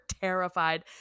terrified